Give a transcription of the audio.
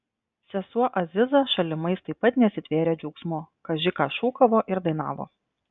sesuo aziza šalimais taip pat nesitvėrė džiaugsmu kaži ką šūkavo ir dainavo